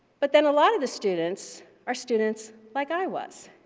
but then a lot of the students are students like i was.